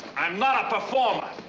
i'm not a performer!